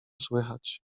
słychać